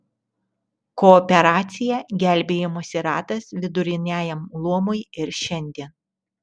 kooperacija gelbėjimosi ratas viduriniajam luomui ir šiandien